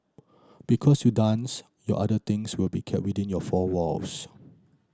because your dance your other things will be kept within your four walls